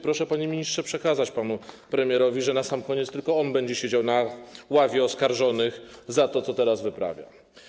Proszę, panie ministrze, przekazać panu premierowi, że na sam koniec tylko on będzie siedział na ławie oskarżonych za to, co teraz wyprawia.